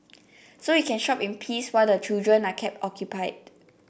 so you can shop in peace while the children are kept occupied